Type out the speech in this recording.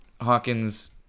Hawkins